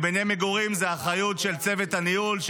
בבניין מגורים זה באחריות של צוות הניהול,